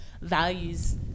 values